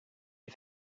you